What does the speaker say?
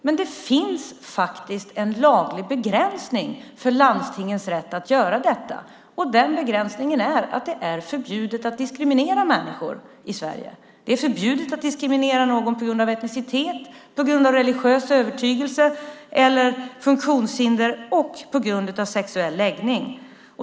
Men det finns faktiskt en laglig begränsning för landstingens rätt att göra detta. Den begränsningen är att det är förbjudet att diskriminera människor i Sverige. Det är förbjudet att diskriminera någon på grund av etnicitet, på grund av religiös övertygelse eller funktionshinder och på grund av sexuell läggning.